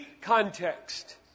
context